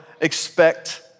expect